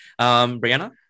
Brianna